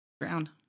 Ground